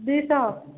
ଦୁଇ ଶହ